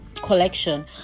collection